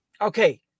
Okay